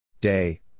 Day